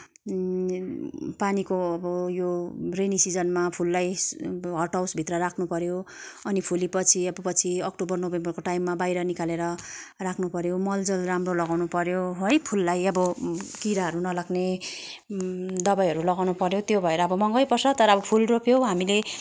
पानीको अब यो रेनी सिजनमा फुललाई हट हाउसभित्र राख्नुपर्यो अनि फुले पछि पछि अक्टोबर नोभेम्बरको टाइममा बाहिर निकालेर राख्नुपर्यो मलजल राम्रो लगाुनु पर्यो है फुललाई अब किराहरू नलाग्ने दबाईहरू लगाउनुपर्यो त्यो भएर अब महँगै पर्छ तर अब फुल रोप्यौँ हामीले